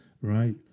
right